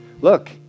Look